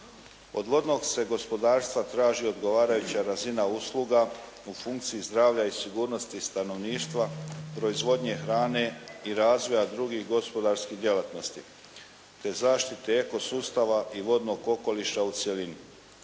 Od vodnog gospodarstva se traži odgovarajuća razina usluga u funkciji zdravlja i sigurnosti stanovništva, proizvodnje hrane i razvoja drugih gospodarskih djelatnosti te zaštite eko sustava i vodnog okoliša u cjelini.